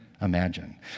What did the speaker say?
imagine